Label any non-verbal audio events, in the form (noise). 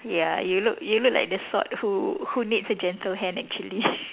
ya you look you look like the sort who who needs a gentle hand actually (laughs)